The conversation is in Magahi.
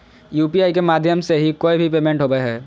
यू.पी.आई के माध्यम से ही कोय भी पेमेंट होबय हय